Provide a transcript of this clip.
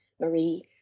Marie